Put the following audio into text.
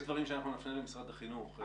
יש דברים שאנחנו נפנה למשרד החינוך.